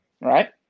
Right